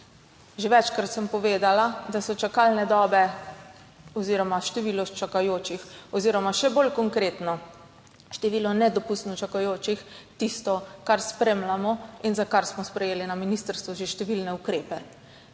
Že večkrat sem povedala, da so čakalne dobe oziroma število čakajočih oziroma še bolj konkretno, število nedopustno čakajočih, tisto, kar spremljamo in za kar smo sprejeli na ministrstvu že številne ukrepe.